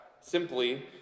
simply